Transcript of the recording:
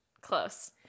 Close